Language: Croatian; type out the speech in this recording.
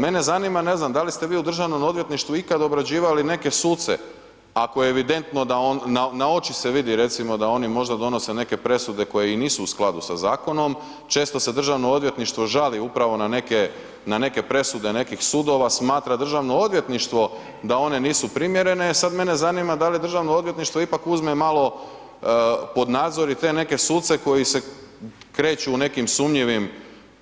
Mene zanima, ne znam da li ste vi u državnom odvjetništvu ikad obrađivali neke suce ako je evidentno, na oči se vidi recimo da oni možda donose neke presude koje i nisu u skladu sa zakonom, često se državno odvjetništvo žali upravo na neke, na neke presude nekih sudova, smatra državno odvjetništvo da one nisu primjerene, sad mene zanima da li državno odvjetništvo ipak uzme malo pod nadzor i te neke suce koji se kreću u nekim sumnjivim